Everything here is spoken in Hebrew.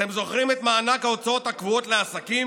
אתם זוכרים את מענק ההוצאות הקבועות לעסקים,